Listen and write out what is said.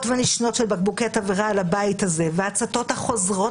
ונשנות של בקבוקי תבערה על הבית הזה וההצתות החוזרות